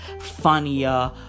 funnier